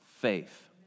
faith